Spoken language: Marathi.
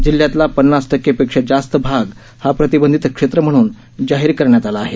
जिल्ह्यातला पन्नास टक्के पेक्षा जास्त भाग हा प्रतिबंधित क्षेत्र म्हणून जाहीर करण्यात आला आहे